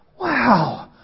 Wow